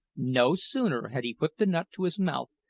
no sooner had he put the nut to his mouth,